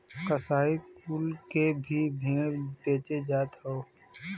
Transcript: कसाई कुल के भी भेड़ बेचे जात हौ